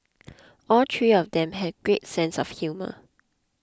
all three of them have great sense of humour